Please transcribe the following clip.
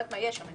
מה יהיה שם.